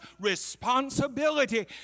responsibility